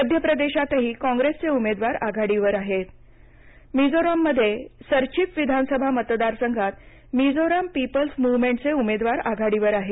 मध्य प्रदेशातही काँग्रेसचे उमेदवार आघाडीवर आहेत मिजोरममध्ये सरचिप विधान सभा मतदार संघात मीजोरम पीपल्स मुवमेंटचे उमेदवार आघाडीवर आहेत